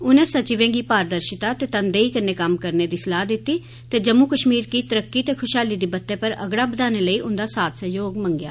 उनें सैक्ट्रियें गी पारदिर्शता ते तनदेही कन्नै करने दी सलाह दित्ती ते जम्मू कश्मीर गी तरक्की ते खुशहाली दी बत्तै पर अगड़ा बघाने लेई उंदा साथ सैह्योग मंगेआ